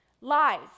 Lies